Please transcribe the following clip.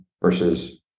versus